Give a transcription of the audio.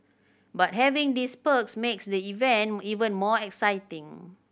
but having these perks makes the event even more exciting